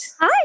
Hi